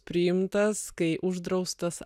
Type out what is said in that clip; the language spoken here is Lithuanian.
priimtas kai uždraustas